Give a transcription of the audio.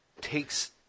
takes